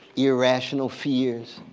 irrational fears,